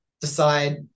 decide